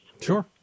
Sure